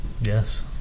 Yes